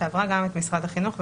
שעברה גם את משרד החינוך,